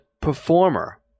performer